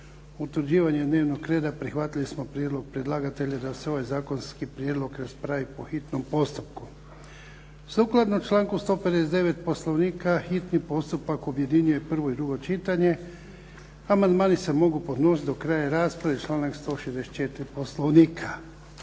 utvrđivanja dnevnog reda prihvatili smo prijedlog predlagatelja da se ovaj zakonski prijedlog raspravi po hitnom postupku. Sukladno članku 159. Poslovnika hitni postupak objedinjuje prvo i drugo čitanje. Amandmani se mogu podnositi do kraja rasprave, članak 164. Poslovnika.